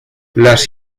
las